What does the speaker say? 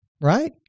right